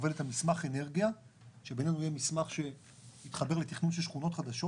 עובדת על מסמך אנרגיה שיהיה מסמך שיתחבר לתכנון של שכונות חדשות,